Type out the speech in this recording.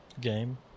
game